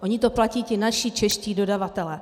Oni to platí ti naši čeští dodavatelé.